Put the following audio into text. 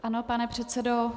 Ano, pane předsedo.